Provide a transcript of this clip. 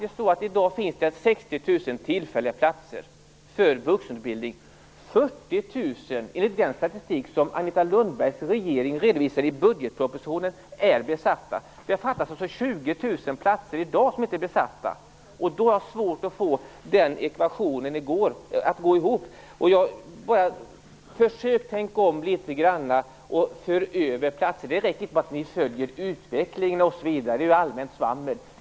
40 000 besatta. Det fattas alltså 20 000 platser i dag som inte är besatta. Jag har svårt att få den ekvationen att gå ihop. Försök tänka om litet grand, och för över platser. Det räcker inte med ett "Vi följer utvecklingen" etc., det är ju allmänt svammel.